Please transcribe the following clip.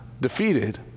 defeated